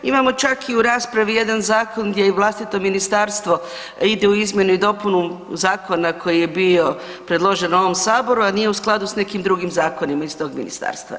Imamo čak i u raspravi jedan zakon gdje i vlastito ministarstvo ide u izmjenu i dopunu zakona koji je bio predložen ovom Saboru a nije u skladu sa nekim drugim zakonima iz tog ministarstva.